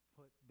put